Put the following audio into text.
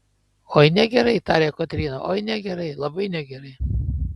oi negerai tarė kotryna oi negerai labai negerai